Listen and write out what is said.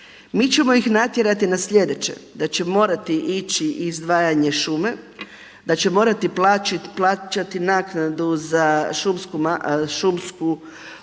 Mi ćemo ih natjerati na sljedeće da će morati ići izdvajanje šume, da će morati plaćati naknadu za šumsku masu